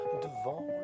devant